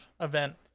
event